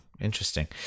interesting